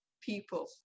people